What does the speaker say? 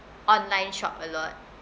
online shop a lot